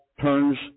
turns